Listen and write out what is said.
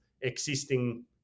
existing